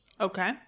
okay